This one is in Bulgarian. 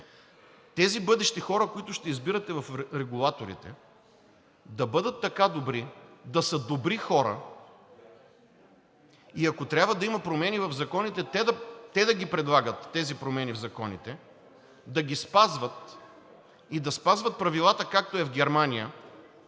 Тези бъдещи хора, които ще избирате в регулаторите, да бъдат така добри да са добри хора и ако трябва да има промени в законите, те да ги предлагат тези промени в законите, да ги спазват и да спазват правилата, както е в Германия,